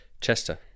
Chester